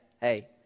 Hey